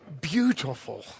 beautiful